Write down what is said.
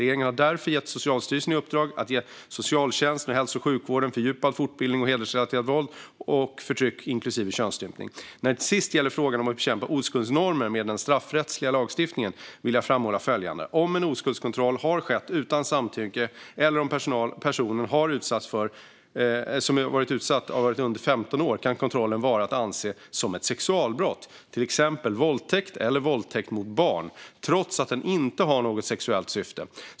Regeringen har därför gett Socialstyrelsen i uppdrag att ge socialtjänsten och hälso och sjukvården fördjupad fortbildning om hedersrelaterat våld och förtryck inklusive könsstympning. När det till sist gäller frågan om att bekämpa oskuldsnormer med den straffrättsliga lagstiftningen vill jag framhålla följande. Om en oskuldskontroll har skett utan samtycke eller om personen som utsatts varit under 15 år kan kontrollen vara att anse som ett sexualbrott, till exempel våldtäkt eller våldtäkt mot barn, trots att den inte har något sexuellt syfte.